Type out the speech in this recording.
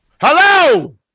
Hello